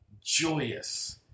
joyous